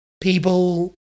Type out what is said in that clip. people